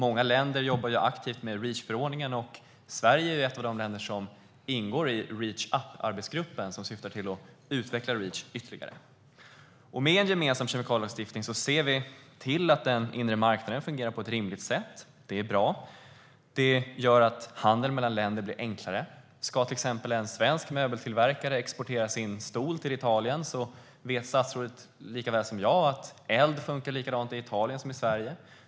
Många länder jobbar aktivt med Reachförordningen, och Sverige är ett av de länder som ingår i Reach up-arbetsgruppen som syftar till att utveckla Reach ytterligare. Med en gemensam kemikalielagstiftning ser vi till att den inre marknaden kan fungera på ett rimligt sätt. Det är bra. Det gör att handel mellan länder blir enklare. Det är till exempel onödigt att vi har olika krav på flamskydd i olika länder inom unionen, för det vet ju statsrådet lika väl som jag att eld funkar likadant i andra länder som i Sverige.